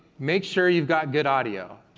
make sure you've got good audio.